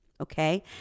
okay